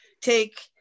take